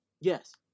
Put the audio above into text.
Yes